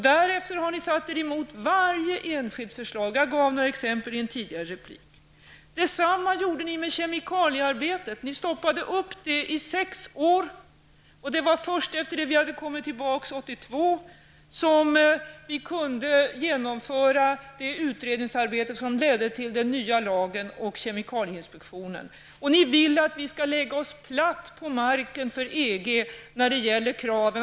Därefter har ni satt er emot varje enskilt förslag. Jag gav några exempel i min tidigare replik. Detsamma gjorde ni med kemikaliearbetet. Ni stoppade upp arbetet i sex år. Det var först efter det att vi hade kommit tillbaka 1982 som vi kunde genomföra det utredningsarbete som ledde till den nya lagen och till kemikalieinspektionen. Ni ville att vi skulle lägga oss platt på marken för EG när det gäller kraven.